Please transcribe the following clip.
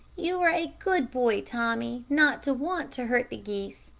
you are a good boy, tommy, not to want to hurt the geese.